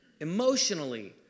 emotionally